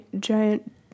giant